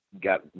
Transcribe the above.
got